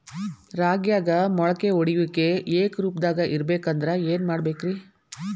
ರಾಗ್ಯಾಗ ಮೊಳಕೆ ಒಡೆಯುವಿಕೆ ಏಕರೂಪದಾಗ ಇರಬೇಕ ಅಂದ್ರ ಏನು ಮಾಡಬೇಕ್ರಿ?